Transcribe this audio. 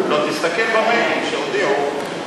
לא, תסתכל במיילים שהודיעו.